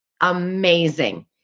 amazing